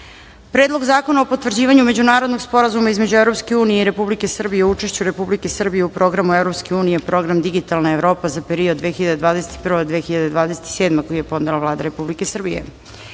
Predlog zakona o potvrđivanju Međunarodnog sporazuma između Evropske unije i Republike Srbije o učešću Republike Srbije u programu Evropske unije Program Digitalna Evropa za period 2021-2027, koji je podnela Vlada Republike Srbije;28.